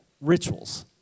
rituals